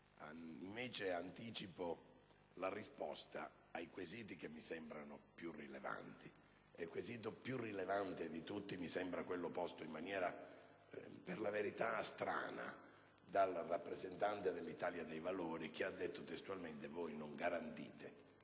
di anticipare la risposta ai quesiti che mi sembrano più rilevanti. Il quesito più rilevante di tutti mi sembra quello posto, in maniera per la verità strana, dal rappresentante dell'Italia dei Valori, che ha detto testualmente: «Voi non garantite